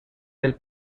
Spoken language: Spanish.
del